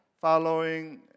following